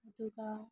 ꯑꯗꯨꯒ